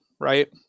right